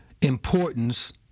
importance